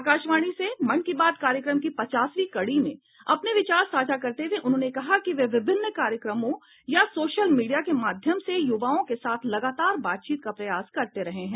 आकाशवाणी से मन की बात कार्यक्रम की पचासवीं कड़ी में अपने विचार साझा करते हुए उन्होंने कहा कि वे विभिन्न कार्यक्रमों या सोशल मीडिया के माध्यम से युवाओं के साथ लगातार बातचीत का प्रयास करते रहे हैं